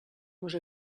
nos